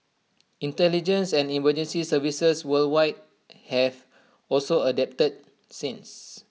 intelligence and emergency services worldwide have also adapted since